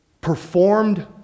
performed